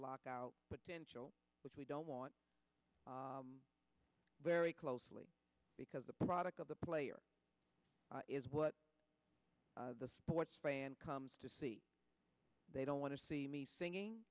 lockout potential which we don't want very closely because the product of the player is what the sports fan comes to see they don't want to see me singing